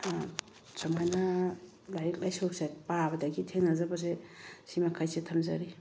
ꯁꯨꯃꯥꯏꯅ ꯂꯥꯏꯔꯤꯛ ꯂꯥꯏꯁꯨꯁꯦ ꯄꯥꯕꯗꯒꯤ ꯊꯦꯡꯅꯖꯕꯁꯦ ꯁꯤꯃꯈꯩꯁꯦ ꯊꯝꯖꯔꯤ